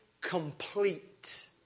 complete